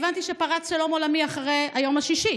הבנתי שפרץ שלום עולמי אחרי היום השישי,